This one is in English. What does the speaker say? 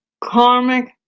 karmic